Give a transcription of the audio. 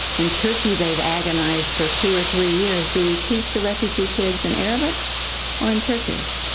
in turkey they've agonized for two or three years. do we teach the refugee kids in arabic or in turkish?